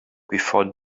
before